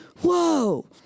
Whoa